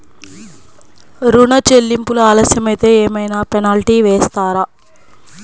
ఋణ చెల్లింపులు ఆలస్యం అయితే ఏమైన పెనాల్టీ వేస్తారా?